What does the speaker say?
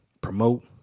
promote